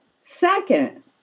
Second